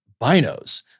binos